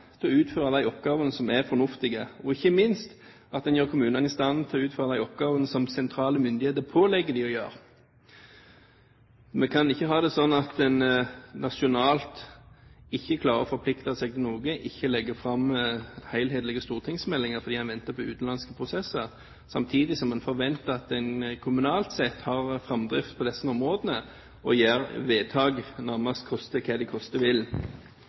til å utføre de oppgavene som er fornuftige, og ikke minst at en gjør kommunene i stand til å utføre de oppgavene som sentrale myndigheter pålegger dem å gjøre. Vi kan ikke ha det sånn at en nasjonalt ikke klarer å forplikte seg til noe, ikke legger fram helhetlige stortingsmeldinger fordi en venter på utenlandske prosesser, samtidig som en forventer at en kommunalt har framdrift på disse områdene og gjør vedtak nærmest koste hva de koste vil.